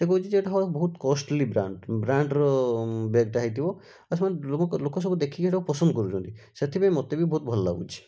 ସେ କହୁଛି ଯେ ଏଟା ହଁ ବହୁତ କଷ୍ଟଲି ବ୍ରାଣ୍ଡ୍ ବ୍ରାଣ୍ଡ୍ ର ବେଗ୍ ଟା ହେଇଥିବ ଆଉ ସେମାନେ ଲୋକଙ୍କ ଲୋକ ସବୁ ଦେଖିକି ଏଟାକୁ ପସନ୍ଦ କରୁଛନ୍ତି ସେଥିପାଇଁ ମୋତେ ବି ବହୁତ ଭଲ ଲାଗୁଛି